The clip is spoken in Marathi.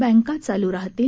बँका चालू राहतील